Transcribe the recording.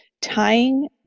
tying